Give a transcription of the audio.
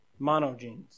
Monogenes